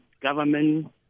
government